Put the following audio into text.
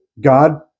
God